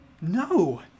No